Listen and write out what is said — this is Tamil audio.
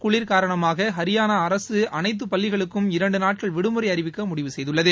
குளிர்காரணமாக ஹரியானா அரசு அனைத்துப் பள்ளிகளுக்கும் இரண்டு நாட்கள் விடுமுறை அறிவிக்க முடிவு செய்துள்ளது